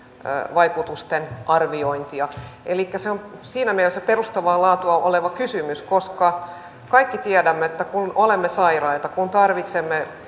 vaikutusten arviointia elikkä se on siinä mielessä perustavaa laatua oleva kysymys että kaikki tiedämme että kun olemme sairaita kun tarvitsemme